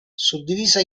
suddivisa